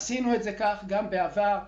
עשינו את זה כך גם בעבר,